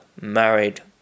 married